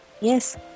Yes